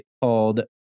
called